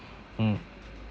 mm